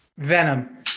Venom